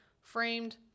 framed